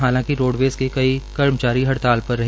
हालांकि रोडवेज के कई कर्मचारी हड़ताल पर रहे